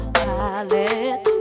pilot